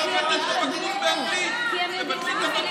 כי הם התקדמו.